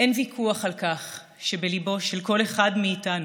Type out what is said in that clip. אין ויכוח על כך שבליבו של כל אחד מאיתנו,